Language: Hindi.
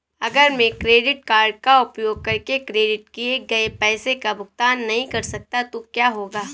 अगर मैं क्रेडिट कार्ड का उपयोग करके क्रेडिट किए गए पैसे का भुगतान नहीं कर सकता तो क्या होगा?